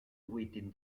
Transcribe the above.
within